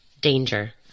danger